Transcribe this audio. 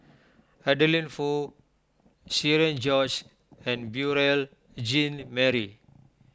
Adeline Foo Cherian George and Beurel Jean Marie